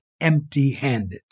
empty-handed